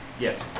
Yes